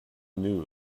knew